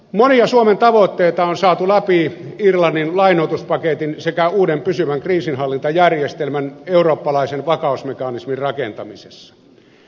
monia suomen tavoitteita on saatu läpi irlannin lainoituspaketin sekä uuden pysyvän kriisinhallintajärjestelmän eurooppalaisen vakausmekanismin rakentamisessa